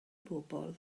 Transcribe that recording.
bobol